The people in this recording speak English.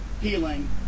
healing